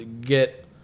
get